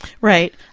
Right